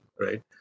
right